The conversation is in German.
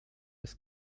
des